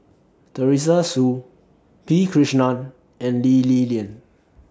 Teresa Hsu P Krishnan and Lee Li Lian